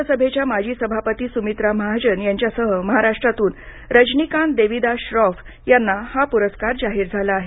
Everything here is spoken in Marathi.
लोकसभेच्या माजी सभापती सुमित्रा महाजन यांच्यासह महाराष्ट्रातून रजनीकांत देविदास श्रॉफ यांना या पुरस्कार जाहीर झाला आहे